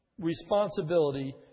responsibility